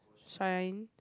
shine